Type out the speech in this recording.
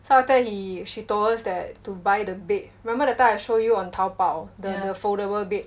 so after that he she told us that to buy the bed remember that time I show you on Taobao the the foldable bed